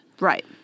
Right